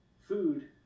food